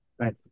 right